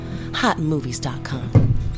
Hotmovies.com